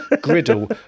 griddle